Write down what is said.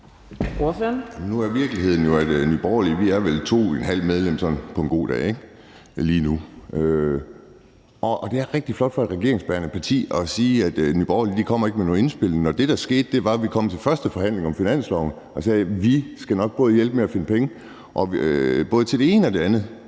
nu er virkeligheden jo, at vi i Nye Borgerlige vel sådan på en god dag lige nu er 2½ medlem, og det er rigtig flot for et regeringsbærende parti at sige, at Nye Borgerlige ikke kommer med nogen indspil, når det, der skete, var, at vi kom til første forhandling om finansloven og sagde, at vi nok skal prøve at hjælpe med at finde penge både til det ene og det andet,